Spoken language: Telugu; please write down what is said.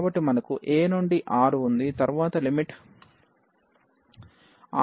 కాబట్టి మనకు a నుండి R ఉంది తరువాత R→∞ తీసుకుంటాము